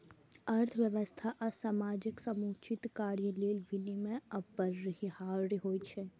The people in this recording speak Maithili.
अर्थव्यवस्था आ समाजक समुचित कार्य लेल विनियम अपरिहार्य होइ छै